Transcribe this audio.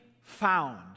found